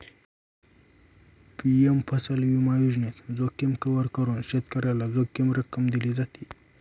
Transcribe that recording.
PM फसल विमा योजनेत, जोखीम कव्हर करून शेतकऱ्याला जोखीम रक्कम दिली जाते